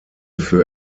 für